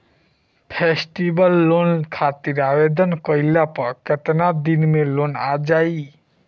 Festival loan खातिर आवेदन कईला पर केतना दिन मे लोन आ जाई?